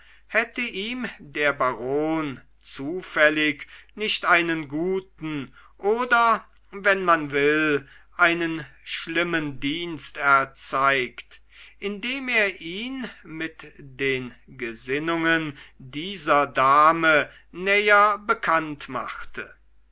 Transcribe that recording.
hätte ihm der baron zufällig nicht einen guten oder wenn man will einen schlimmen dienst erzeigt indem er ihn mit den gesinnungen dieser dame näher bekannt machte